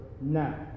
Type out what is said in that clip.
now